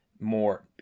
more